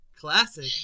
Classic